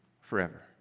forever